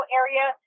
area